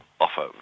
offer